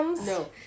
No